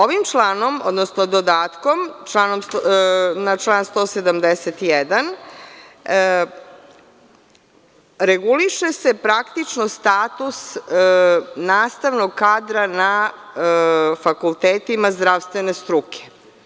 Ovim članom, odnosno dodatkom na član 171. reguliše se praktično status nastavnog kadra na fakultetima zdravstvene struke.